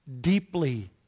deeply